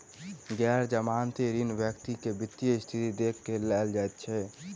गैर जमानती ऋण व्यक्ति के वित्तीय स्थिति देख के देल जाइत अछि